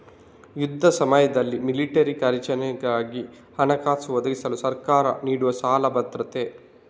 ಯುದ್ಧ ಸಮಯದಲ್ಲಿ ಮಿಲಿಟರಿ ಕಾರ್ಯಾಚರಣೆಗಳಿಗೆ ಹಣಕಾಸು ಒದಗಿಸಲು ಸರ್ಕಾರ ನೀಡುವ ಸಾಲ ಭದ್ರತೆ